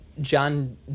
John